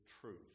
truth